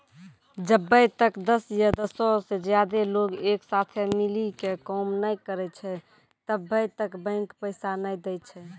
जब्बै तक दस या दसो से ज्यादे लोग एक साथे मिली के काम नै करै छै तब्बै तक बैंक पैसा नै दै छै